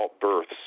births